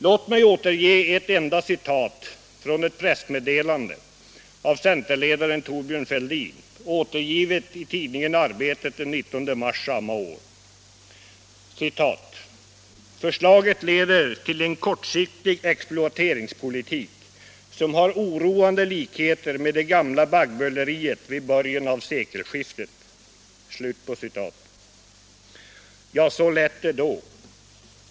Låt mig återge ett enda citat från ett pressmeddelande — av centerledaren Thorbjörn Fälldin — återgivet i tidningen Arbetet den 19 mars nämnda år: ”Förslaget leder till en kortsiktig exploateringspolitik, som har oroande likheter med det gamla baggböleriet vid början av sekelskiftet.” Så lät det då.